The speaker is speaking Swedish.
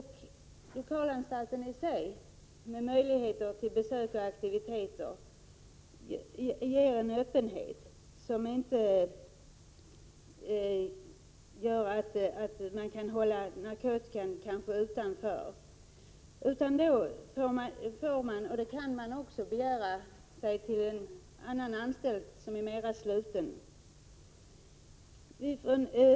Lokalanstalterna i sig, med möjligheter till besök och aktiviteter, har en öppenhet som gör att man kanske inte kan hålla narkotikan utanför anstalten. Den som har sådana problem kan då också begära sig till en anstalt som är mer sluten.